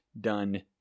done